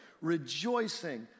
Rejoicing